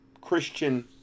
christian